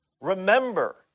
remember